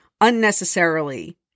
unnecessarily